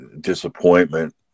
disappointment